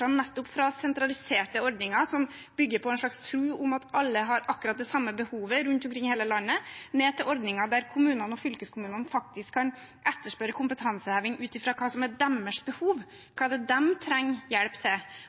nettopp fra sentraliserte ordninger som bygger på en slags tro på at alle har akkurat det samme behovet rundt omkring i hele landet, ned til ordninger der kommuner og fylkeskommuner faktisk kan etterspørre kompetanseheving ut fra hva som er deres behov, hva de trenger hjelp til.